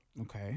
Okay